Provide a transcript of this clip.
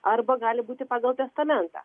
arba gali būti pagal testamentą